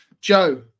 Joe